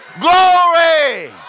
Glory